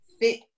fit